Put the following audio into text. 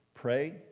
Pray